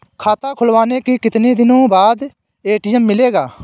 खाता खुलवाने के कितनी दिनो बाद ए.टी.एम मिलेगा?